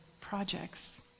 projects